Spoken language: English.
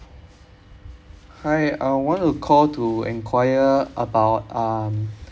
hi I want to call to enquire about um